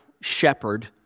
shepherd